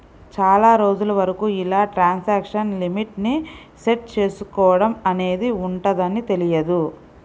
చాలా రోజుల వరకు ఇలా ట్రాన్సాక్షన్ లిమిట్ ని సెట్ చేసుకోడం అనేది ఉంటదని తెలియదు